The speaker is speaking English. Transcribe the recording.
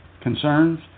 concerns